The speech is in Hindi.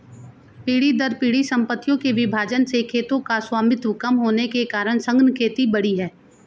पीढ़ी दर पीढ़ी सम्पत्तियों के विभाजन से खेतों का स्वामित्व कम होने के कारण सघन खेती बढ़ी है